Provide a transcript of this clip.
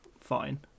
Fine